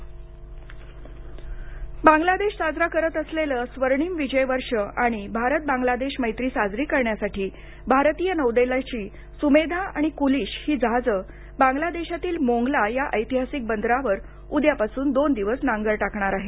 स्वर्णिम विजय वर्ष बांग्लादेश साजरं करत असलेलं स्वर्णिम विजय वर्ष आणि भारत बांग्लादेश मैत्री साजरी करण्यासाठी भारतीय नौदलाची सुमेधा आणि कुलिश ही जहाजं बांग्लादेशातील मोंगला या ऐतिहासिक बंदावर उद्यापासून दोन दिवस नांगर टाकणार आहेत